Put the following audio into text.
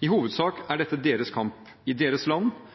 I hovedsak er dette deres kamp, i deres land